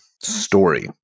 story